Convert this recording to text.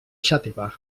xàtiva